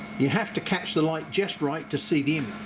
you have to catch the light just right to see the um